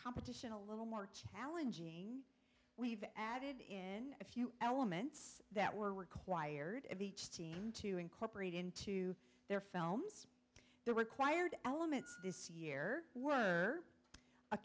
competition a little more challenging we've added in a few elements that were required of each scene to incorporate into their films the required elements this year were a